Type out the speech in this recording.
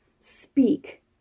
speak